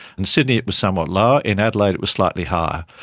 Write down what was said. in sydney it was somewhat lower, in adelaide it was slightly higher.